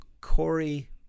Corey